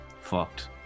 Fucked